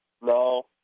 No